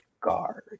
guard